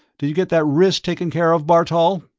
did you get that wrist taken care of, bartol?